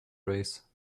race